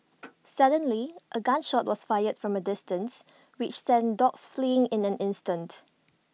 suddenly A gun shot was fired from A distance which sent the dogs fleeing in an instant